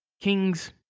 Kings